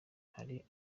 hari